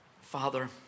Father